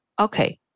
okay